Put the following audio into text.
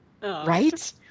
right